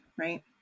right